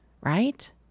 right